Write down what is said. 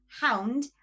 hound